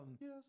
Yes